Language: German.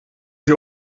sie